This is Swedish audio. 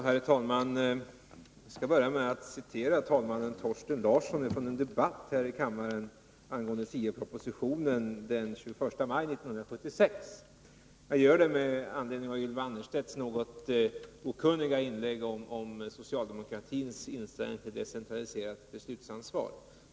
Herr talman! Jag skall börja med att citera vad andre vice talmannen Thorsten Larsson sade i en debatt här i kammaren den 21 maj 1976 om SIA-propositionen. Detta gör jag med anledning av Ylva Annerstedts något okunniga inlägg om socialdemokratins inställning till ett decentraliserat beslutsansvar.